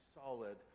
solid